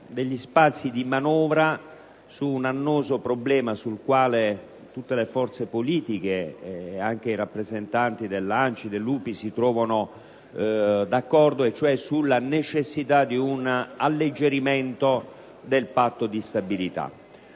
degli spazi di manovra in merito ad un annoso problema sul quale tutte le forze politiche e i rappresentanti dell'ANCI e dell'UPI si trovano d'accordo, ossia sulla necessità di un alleggerimento del Patto di stabilità.